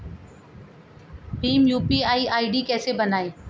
Bhim UPI ID कैसे बनाएं?